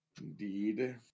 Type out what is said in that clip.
Indeed